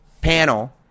panel